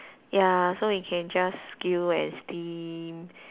ya so we can just grill and steam